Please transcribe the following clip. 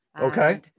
Okay